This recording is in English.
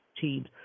teams